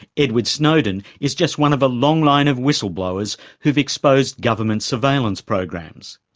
edward snowden is just one of a long line of whistleblowers who've exposed government surveillance programs.